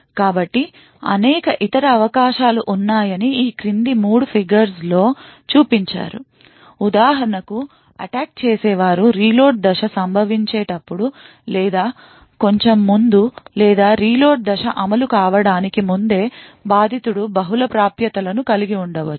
కాబట్టి అనేక ఇతర అవకాశాలు ఉన్నాయని ఈ క్రింది 3 ఫిగర్స్ లో చూపించారు ఉదాహరణకు అటాక్ చేసేవారి రీలోడ్ దశ సంభవించే టప్పుడు లేదా కొంచెం ముందు లేదా రీలోడ్ దశ అమలు కావడానికి ముందే బాధితుడు బహుళ ప్రాప్యతలను కలిగి ఉండ వచ్చు